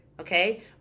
Okay